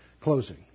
closing